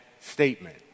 statement